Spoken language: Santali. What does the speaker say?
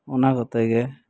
ᱚᱱᱟ ᱠᱚᱛᱮ ᱜᱮ